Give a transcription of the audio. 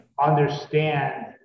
understand